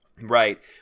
Right